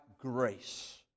grace